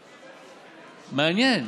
מעניין,